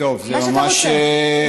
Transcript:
מה שאתה רוצה.